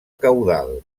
caudal